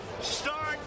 start